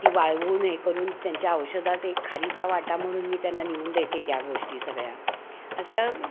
ती वाळवून हे करून त्यांच्या औषधात एक खारीचा वाटा म्हणून मी त्यांना नेऊन देते त्या गोष्टी सगळ्या असं